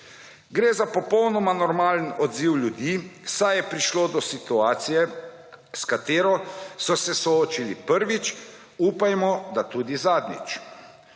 Gre za popolnoma normalen odziv ljudi, saj je prišlo do situacije, s katero so se soočili prvič, upajmo, da tudi zadnjič.